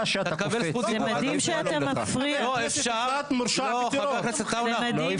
חבר הכנסת עטאונה, לא,